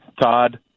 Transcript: Todd